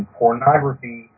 pornography